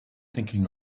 thinking